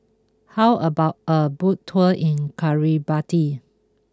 how about a boat tour in Kiribati